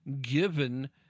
given